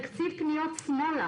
תקציב פניות שמאלה